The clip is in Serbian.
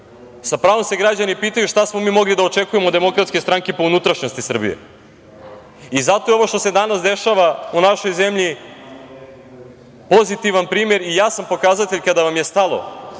sa pravom se građani pitaju šta smo mi mogli da očekujemo od Demokratske stranke po unutrašnjosti Srbije. Zato je ovo što se danas dešava u našoj zemlji pozitivan primer i jasan pokazatelj kada vam je stalo